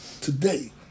today